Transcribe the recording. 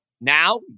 now